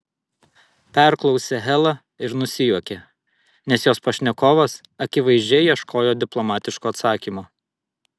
perklausė hela ir nusijuokė nes jos pašnekovas akivaizdžiai ieškojo diplomatiško atsakymo